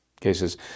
cases